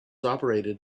operated